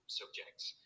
subjects